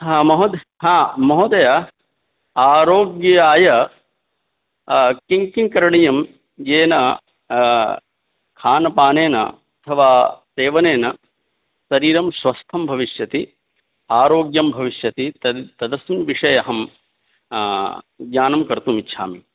हा महोदय् हा महोदया आरोग्याय किं किं करणीयं येन खानपानेन अथवा सेवनेन शरीरं स्वस्थ्यं भविष्यति आरोग्यं भविष्यति तदस्मिन् विषये अहं ज्ञानं कर्तुम् इच्छामि